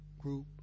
group